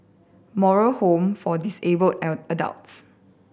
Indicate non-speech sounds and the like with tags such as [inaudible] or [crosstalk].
Moral Home for Disabled [unintelligible] Adults